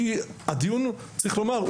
כי צריך לומר,